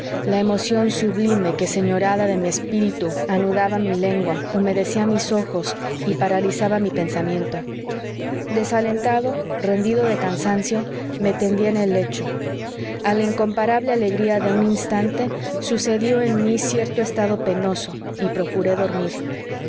la emoción sublime que señoreada de mi espíritu anudaba mi lengua humedecía mis ojos y paralizaba mi pensamiento desalentado rendido de cansancio me tendí en el lecho a la incomparable alegría de un instante sucedió en mí cierto estado penoso y procuré dormir